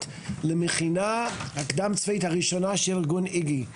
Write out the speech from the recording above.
למכינה הקדם צבאית הראשונה של ארגון איגי,